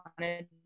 wanted